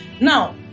Now